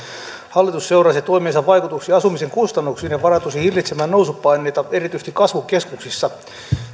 hallitus seuraisi toimiensa vaikutuksia asumisen kustannuksiin ja varautuisi hillitsemään nousupaineita erityisesti kasvukeskuksissa